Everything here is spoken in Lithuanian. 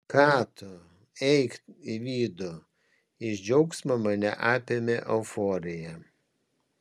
ką tu eik į vidų iš džiaugsmo mane apėmė euforija